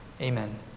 Amen